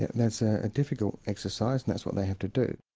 and that's ah a difficult exercise, and that's what they have to do.